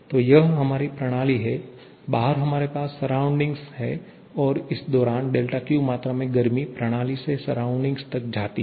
तो यह हमारी प्रणाली है बाहर हमारे पास सराउंडिंग है और इस दौरान Q मात्रा में गर्मी प्रणाली से सराउंडिंग तक जाती है